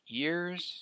years